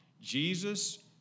Jesus